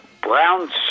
Brown